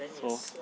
so